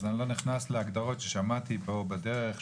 אז אני לא נכנס להגדרות ששמעתי בדרך,